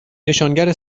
نشانگر